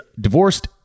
divorced